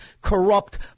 corrupt